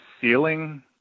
ceiling